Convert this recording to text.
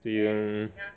对 loh